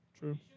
True